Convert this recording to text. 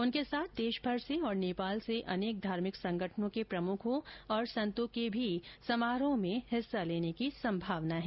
उनके साथ देशभर से और नेपाल से अनेक धार्मिक संगठनों के प्रमुखों और संतों के भी समारोह में हिस्सा लेने की संभावना है